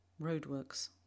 Roadworks